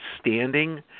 standing